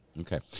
Okay